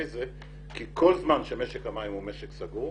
כך - כי כל זמן שמשק המים הוא משק סגור,